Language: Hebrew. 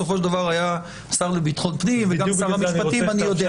בסופו של דבר היה שר לביטחון פנים וגם שר המשפטים אני יודע,